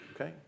Okay